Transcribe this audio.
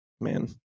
man